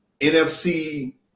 NFC